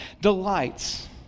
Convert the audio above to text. delights